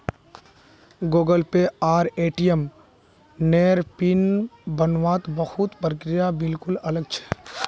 Google Pay आर ATM नेर pin बन वात बहुत प्रक्रिया बिल्कुल अलग छे